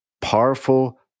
powerful